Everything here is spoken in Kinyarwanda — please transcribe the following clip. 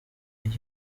iyo